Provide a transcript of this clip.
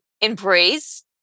embrace